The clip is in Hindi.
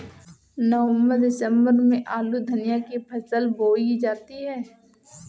नवम्बर दिसम्बर में आलू धनिया की फसल बोई जाती है?